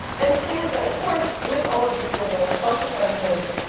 and the thing is that, of course, with all of these real world consequences,